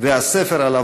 באידיאולוגיה שלו.